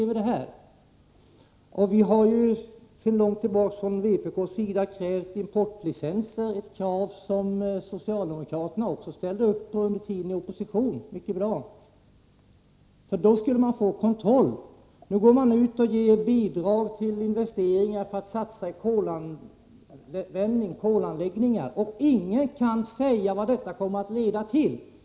Vi har från vpk:s sida sedan länge krävt licenser, ett krav som också socialdemokraterna ställt upp på när de var i opposition — det gick bra. På detta sätt skulle man få kontroll. Nu går emellertid socialdemokraterna ut och ger bidrag till satsningar på kolanläggningar — och ingen kan säga vad det kommer att leda till.